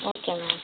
okay ma'am